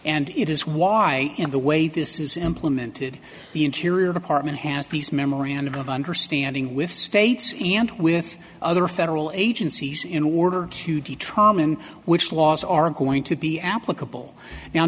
and it is why and the way this is implemented the interior department has these memorandum of understanding with states and with other federal agencies in order to determine which laws are going to be applicable now